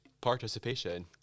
participation